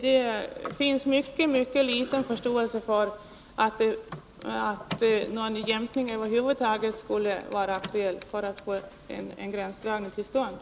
Det finns mycket liten förståelse för att någon jämkning över huvud taget skulle vara aktuell för att få en gränsdragning till stånd.